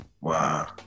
Wow